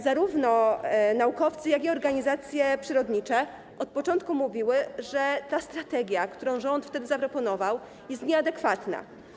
Zarówno naukowcy, jak i organizacje przyrodnicze od początku mówiły, że ta strategia, którą rząd wtedy zaproponował, jest nieadekwatna.